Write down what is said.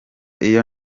iyo